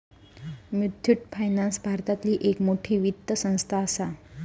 Muthoot finance भारतातली एक मोठी वित्त संस्था आसा